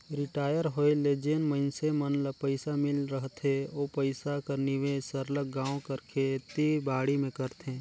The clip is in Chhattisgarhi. रिटायर होए ले जेन मइनसे मन ल पइसा मिल रहथे ओ पइसा कर निवेस सरलग गाँव कर खेती बाड़ी में करथे